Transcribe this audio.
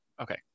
Okay